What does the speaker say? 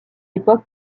époque